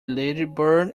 ladybird